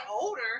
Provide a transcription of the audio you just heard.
older